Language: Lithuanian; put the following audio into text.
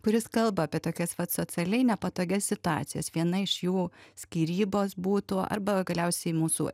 kuris kalba apie tokias vat socialiai nepatogias situacijas viena iš jų skyrybos būtų arba galiausiai mūsų